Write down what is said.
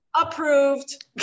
approved